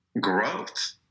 growth